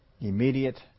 Immediate